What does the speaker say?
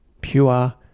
pure